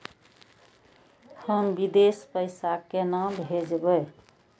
हम विदेश पैसा केना भेजबे?